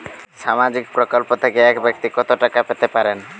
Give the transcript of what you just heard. সামাজিক প্রকল্প থেকে এক ব্যাক্তি কত টাকা পেতে পারেন?